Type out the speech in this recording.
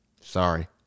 Sorry